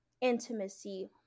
intimacy